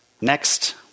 next